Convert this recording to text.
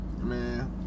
man